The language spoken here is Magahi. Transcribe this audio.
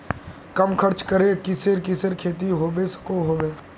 कम खर्च करे किसेर किसेर खेती होबे सकोहो होबे?